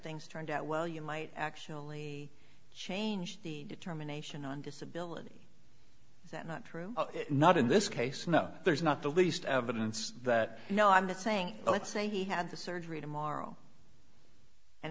things turned out well you might actually change the determination on disability is that not true not in this case no there's not the least evidence that you know i'm just saying let's say he had the surgery tomorrow and